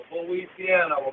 Louisiana